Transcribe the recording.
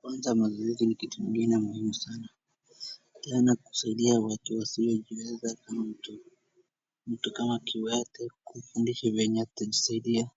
Kwanza mazoezi kitu kingine muhimu sana. Tena kusaidia watu wasiojiweza kama mtu, mtu kama kiwete, kumfundisha venye atajisaidia.